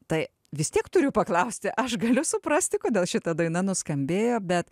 tai vis tiek turiu paklausti aš galiu suprasti kodėl šita daina nuskambėjo bet